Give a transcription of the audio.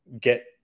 get